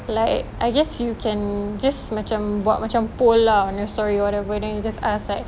like I guess you can just macam buat macam poll lah on your story whatever then you just ask like